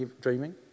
dreaming